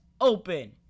Open